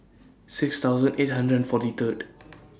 six thousand eight hundred and forty Third